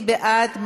מי בעד?